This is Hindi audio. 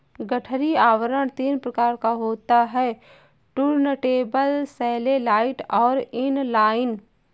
गठरी आवरण तीन प्रकार का होता है टुर्नटेबल, सैटेलाइट और इन लाइन